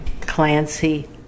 Clancy